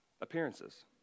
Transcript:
appearances